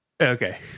Okay